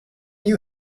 you